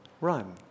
run